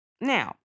Now